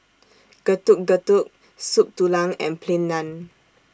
Getuk Getuk Soup Tulang and Plain Naan